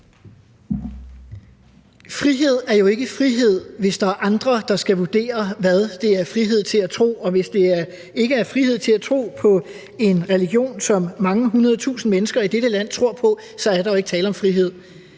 Frihed er jo ikke frihed, hvis der er andre, der skal vurdere, hvad det er frihed til at tro, og hvis ikke det er frihed til at tro på en religion, som mange hundredtusinde mennesker i dette land tror på, så er der jo ikke tale om frihed.